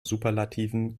superlativen